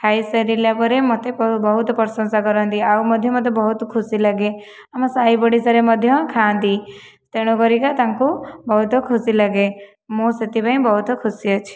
ଖାଇସାରିଲା ପରେ ମତେ ବହୁତ ପ୍ରଶଂସା କରନ୍ତି ଆଉ ମଧ୍ୟ ମତେ ବହୁତ ଖୁସି ଲାଗେ ଆମ ସାହିପଡ଼ିଶାରେ ମଧ୍ୟ ଖାଆନ୍ତି ତେଣୁକରିକା ତାଙ୍କୁ ବହୁତ ଖୁସିଲାଗେ ମୁଁ ସେଥିପାଇଁ ବହୁତ ଖୁସି ଅଛି